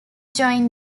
join